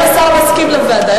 האם השר מסכים לוועדה?